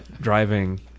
driving